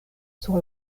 sur